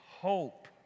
hope